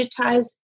digitize